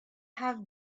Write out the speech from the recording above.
have